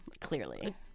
Clearly